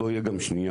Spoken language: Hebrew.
לא תהיה גם שניה,